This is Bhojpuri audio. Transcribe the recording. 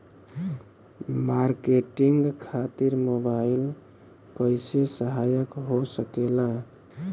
मार्केटिंग खातिर मोबाइल कइसे सहायक हो सकेला?